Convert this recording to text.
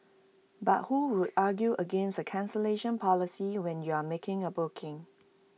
but who would argue against A cancellation policy when you are making A booking